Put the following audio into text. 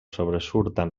sobresurten